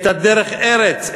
את הדרך-ארץ,